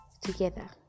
together